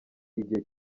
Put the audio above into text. igihe